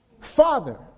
father